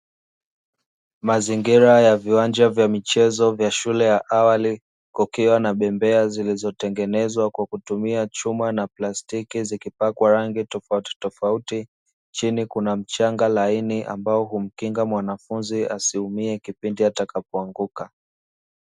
Mazingira ya viwanja vya michezo vya shule ya awali, kukiwa na bembea zilizotengenezwa kwa kutumia chuma na plastiki, zikipakwa rangi tofautitofauti. Chini kuna mchanga laini, ambao humkinga mwanafunzi asiumie kipindi atakapoanguka.